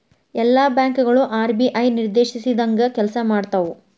ಎಲ್ಲಾ ಬ್ಯಾಂಕ್ ಗಳು ಆರ್.ಬಿ.ಐ ನಿರ್ದೇಶಿಸಿದಂಗ್ ಕೆಲ್ಸಾಮಾಡ್ತಾವು